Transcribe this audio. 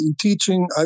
teaching